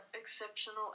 exceptional